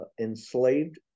enslaved